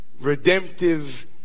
redemptive